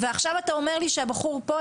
ועכשיו אתה אומר לי שהבחור פה,